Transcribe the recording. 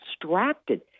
distracted